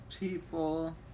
People